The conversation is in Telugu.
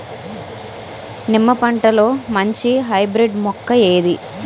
నిమ్మ పంటలో మంచి హైబ్రిడ్ మొక్క ఏది?